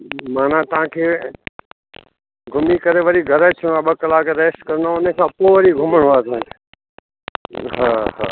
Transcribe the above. माना तव्हांखे घुमी करे वरी घरु अचिणो आहे ॿ कलाक रेस्ट कंदो हुन खां पोइ वरी घुमिणो साईं हा हा